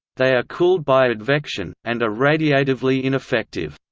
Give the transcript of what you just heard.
they are cooled by advection, and are radiatively ineffective.